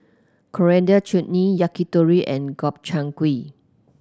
Coriander Chutney Yakitori and Gobchang Gui